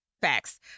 facts